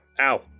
Ow